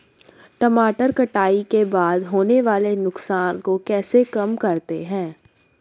टमाटर कटाई के बाद होने वाले नुकसान को कैसे कम करते हैं?